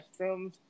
restrooms